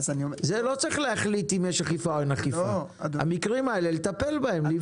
לגבי זה לא צריך להחליט אם יש אכיפה או אין אכיפה אלא לטפל במקרים האלה.